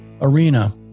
arena